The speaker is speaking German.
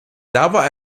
dabei